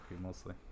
mostly